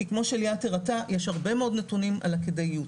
כי כמו שליאת הראתה יש הרבה מאוד נתונים על הכדאיות.